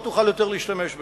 לא תוכל יותר להשתמש בזה.